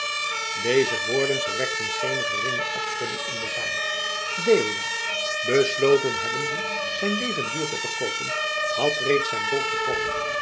deze woorden verwekten geene geringe opschudding in de zaal deodaat besloten hebbende zijn leven duur te verkoopen had reeds zijn dolk getrokken